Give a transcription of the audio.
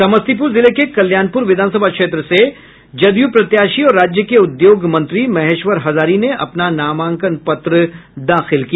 समस्तीपुर जिले के कल्याणपुर विधानसभा सीट से जदयू प्रत्याशी और राज्य के उद्योग मंत्री महेश्वर हजारी ने अपना नामांकन पत्र दाखिल किया